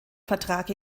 vertrag